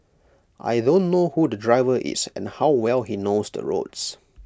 I don't know who the driver is and how well he knows the roads